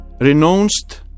renounced